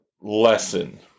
lesson